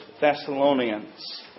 Thessalonians